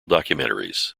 documentaries